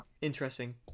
interesting